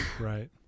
Right